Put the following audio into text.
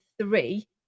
three